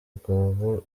rwobo